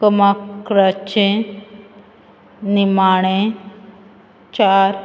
क्रमांक्राचे निमाणे चार